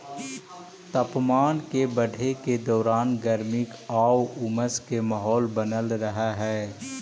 तापमान के बढ़े के दौरान गर्मी आउ उमस के माहौल बनल रहऽ हइ